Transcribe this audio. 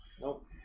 Nope